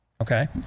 Okay